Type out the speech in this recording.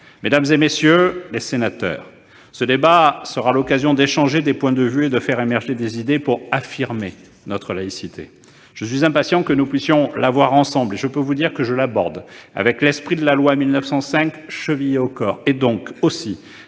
Mesdames, messieurs les sénateurs, ce débat sera l'occasion d'échanger des points de vue et de faire émerger des idées pour affirmer notre laïcité. Je suis impatient que nous puissions l'avoir ensemble, et je peux vous dire que je l'aborde avec l'esprit de la loi de 1905 chevillé au corps et avec les valeurs